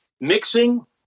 mixing